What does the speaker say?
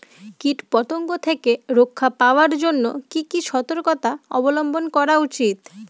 কীটপতঙ্গ থেকে রক্ষা পাওয়ার জন্য কি কি সর্তকতা অবলম্বন করা উচিৎ?